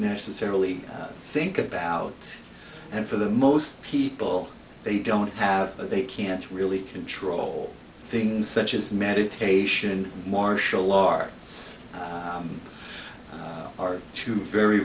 necessarily think about and for the most people they don't have they can't really control things such as meditation martial arts are two very